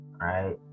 right